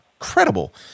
incredible